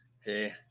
Hey